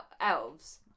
elves